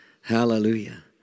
Hallelujah